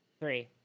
three